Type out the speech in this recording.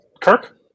kirk